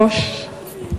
אדוני היושב-ראש,